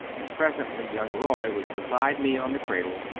and presently young roy was beside me on the cradle,